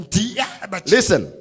Listen